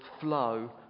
flow